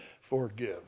forgive